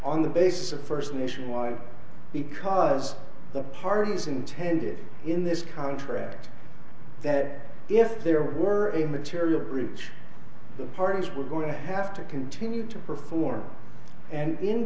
on the basis of first nationwide because the parties intended in this contract that if there were immaterial bridge the parties were going to have to continue to perform and in